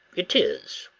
it is.